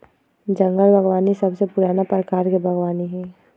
जंगल बागवानी सबसे पुराना प्रकार के बागवानी हई